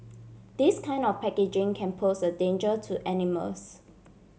this kind of packaging can pose a danger to animals